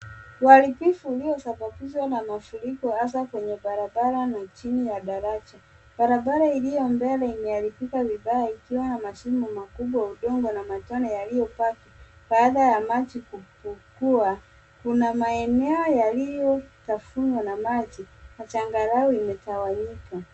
Uharibifu uliosababishwa na mafuriko hasa kwenye barabara na chini ya daraja. Barabara iliyo mbele imeharibika vibaya ikiwa na mashimo makubwa, udongo na matone yaliyopaa baada ya maji kufukua. Kuna maeneo yaliyotafunwa na maji na changarawe imetawanyika.